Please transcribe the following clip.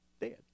dead